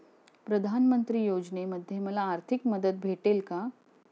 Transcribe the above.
प्रधानमंत्री योजनेमध्ये मला आर्थिक मदत भेटेल का?